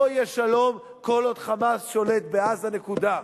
לא יהיה שלום כל עוד "חמאס" שולט בעזה, נקודה.